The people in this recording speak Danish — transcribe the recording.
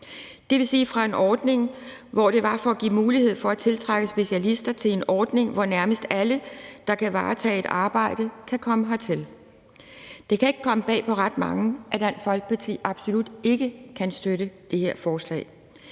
gået fra at være en ordning, som skulle give mulighed for at tiltrække specialister, til at være en ordning, hvor nærmest alle, der kan varetage et arbejde, kan komme hertil. Det kan ikke komme bag på ret mange, at Dansk Folkeparti absolut ikke kan støtte det her forslag.